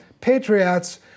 patriots